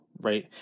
Right